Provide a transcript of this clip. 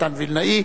מתן וילנאי.